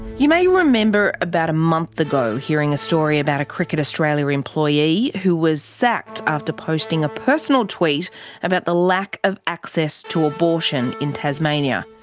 you may remember about a month ago hearing a story about a cricket australia employee who was sacked after posting a personal tweet about the lack of access to abortion in tasmania.